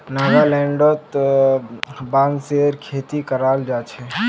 नागालैंडत बांसेर खेती कराल जा छे